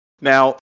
Now